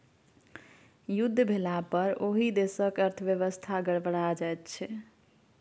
युद्ध भेलापर ओहि देशक अर्थव्यवस्था गड़बड़ा जाइत छै